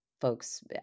folks